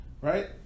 Right